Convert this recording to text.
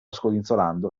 scodinzolando